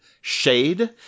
Shade